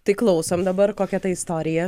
tai klausom dabar kokia ta istorija